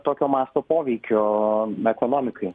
tokio masto poveikio ekonomikai